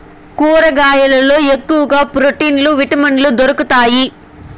కూరగాయల్లో ఎక్కువ ప్రోటీన్లు విటమిన్లు దొరుకుతాయి